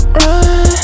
run